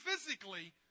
physically